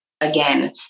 again